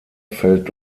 fällt